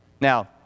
Now